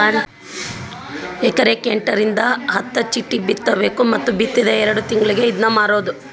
ಎಕರೆಕ ಎಂಟರಿಂದ ಹತ್ತ ಚಿಟ್ಟಿ ಬಿತ್ತಬೇಕ ಮತ್ತ ಬಿತ್ತಿದ ಎರ್ಡ್ ತಿಂಗಳಿಗೆ ಇದ್ನಾ ಮಾರುದು